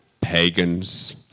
pagans